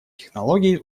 технологий